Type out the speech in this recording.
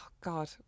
God